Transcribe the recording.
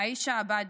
עאישה עבאדי,